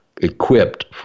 equipped